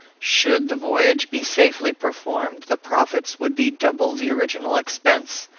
should the voyage be safely performed, the profits would be double the original expense.